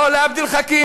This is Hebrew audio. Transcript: או לעבד אל חכים,